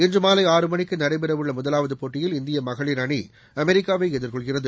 இன்று மாலை ஆறு மணிக்கு நடைபெறவுள்ள முதலாவது போட்டியில் இந்திய மகளிர் அணி அமெரிக்காவை எதிர்கொள்கிறது